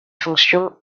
fonctions